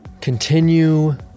continue